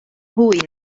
hwy